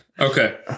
Okay